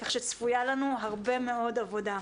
כך שצפויה לנו הרבה מאוד עבודה.